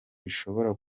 bishobora